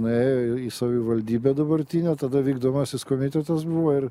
nuėjo į savivaldybę dabartinę tada vykdomasis komitetas buvo ir